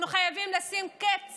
אנחנו חייבים לשים קץ